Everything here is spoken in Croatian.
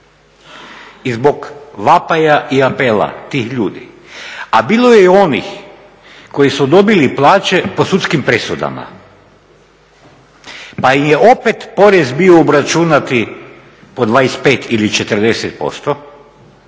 I zbog vapaja i apela tih ljudi a bilo je i onih koji su dobili plaće po sudskim presudama pa im je opet porez bio obračunati po 25 ili 40%.